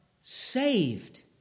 saved